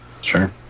Sure